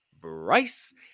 Bryce